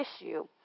issue